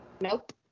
Nope